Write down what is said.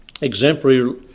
exemplary